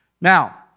Now